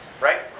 right